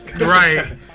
Right